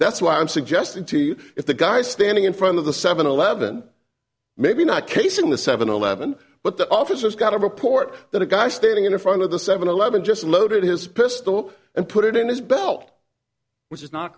that's why i'm suggesting to you if the guy standing in front of the seven eleven maybe not casing the seven eleven but the officers got a report that a guy standing in front of the seven eleven just unloaded his pistol and put it in his belt which is not